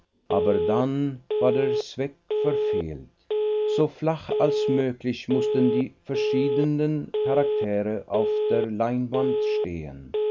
aber dann war der zweck verfehlt so flach als möglich mußten die verschiedenen charaktere auf der leinwand stehen